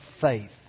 faith